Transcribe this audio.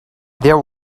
there